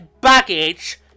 baggage